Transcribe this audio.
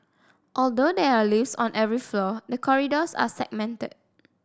although there are lifts on every floor the corridors are segmented